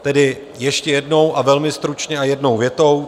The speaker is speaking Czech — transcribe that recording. Tedy ještě jednou a velmi stručně a jednou větou.